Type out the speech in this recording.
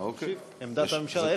זאת עמדת הממשלה.